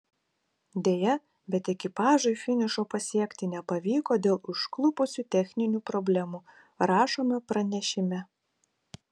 deja bet ekipažui finišo pasiekti nepavyko dėl užklupusių techninių problemų rašoma pranešime